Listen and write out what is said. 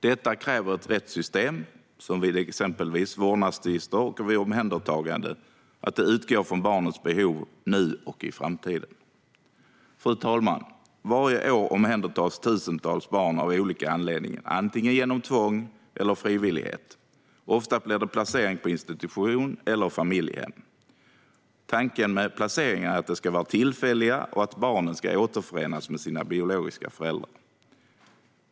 Det kräver ett rättssystem som vid exempelvis vårdnadstvister och omhändertagande utgår från barnets behov nu och i framtiden. Fru talman! Varje år omhändertas tusentals barn av olika anledningar, genom antingen tvång eller frivillighet. Oftast blir det placering på institutioner eller i familjehem. Tanken med placeringar är att de ska vara tillfälliga och att barnen ska återförenas med sina biologiska föräldrar.